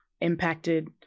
impacted